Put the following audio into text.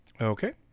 okay